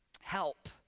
help